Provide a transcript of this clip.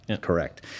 Correct